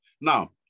Now